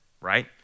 right